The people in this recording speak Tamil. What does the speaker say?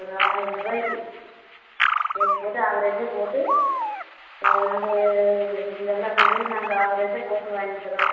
ஒரு ஆயிரம்ரூவாய்க்கி ரேட் போட்டு ஆவரேஜாக போட்டு நாங்கள் இந்த எல்லா மஞ்சளையும் நாங்கள் ஆவரேஜாக போட்டு வாங்கிக்கறோம்